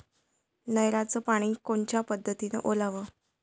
नयराचं पानी कोनच्या पद्धतीनं ओलाव?